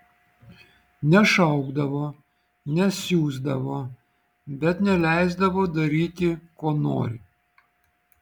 nešaukdavo nesiusdavo bet neleisdavo daryti ko nori